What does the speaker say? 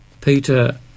Peter